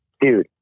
Dude